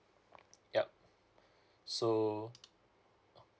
yup so